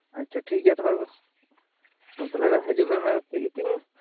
ᱟᱪᱪᱷᱟ ᱴᱷᱤᱠ ᱜᱮᱭᱟ ᱛᱚᱵᱮ ᱛᱟᱦᱞᱮ ᱵᱮᱱ ᱦᱤᱡᱩᱜ ᱵᱮᱱ ᱢᱮᱱ ᱮᱫᱟ ᱛᱤᱱ ᱛᱤᱱ